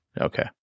Okay